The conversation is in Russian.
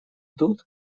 тут